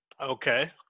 Okay